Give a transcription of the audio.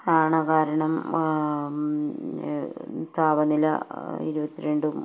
ആണ് കാരണം താപനില ഇരുപത്തിരണ്ടും